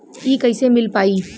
इ कईसे मिल पाई?